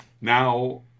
now